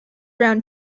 around